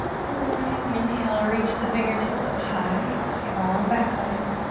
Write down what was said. good morning. inhale, reach the fingertips up high. strong back leg.